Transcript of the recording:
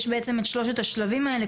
יש את שלושת השלבים האלה,